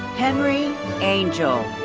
henry angel.